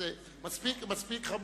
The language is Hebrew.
זה מספיק חמור.